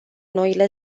noile